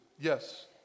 Yes